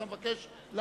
אתה מבקש להצביע?